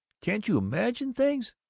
can't you imagine things?